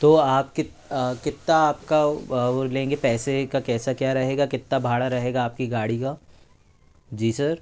तो आप कितना आप का वो लेंगे पैसे का कैसा क्या रहेगा कितना भाड़ा रहेगा आप की गाड़ी का जी सर